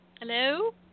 Hello